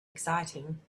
exciting